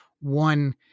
one